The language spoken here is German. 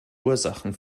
ursachen